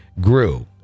grew